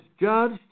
judged